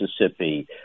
Mississippi